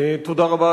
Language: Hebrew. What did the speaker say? תודה רבה,